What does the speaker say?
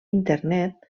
internet